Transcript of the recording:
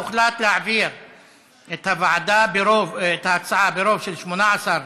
הוחלט להעביר את ההצעה ברוב של 18,